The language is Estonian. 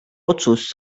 otsus